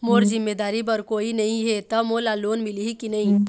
मोर जिम्मेदारी बर कोई नहीं हे त मोला लोन मिलही की नहीं?